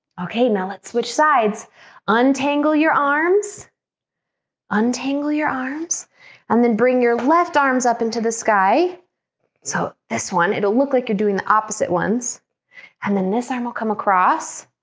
okay now, let's switch sides untangle your arms untangle your arms and then bring your left arms up into the sky so this one it'll look like you're doing the opposite ones and then this arm will come across